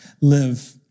live